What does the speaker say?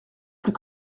plus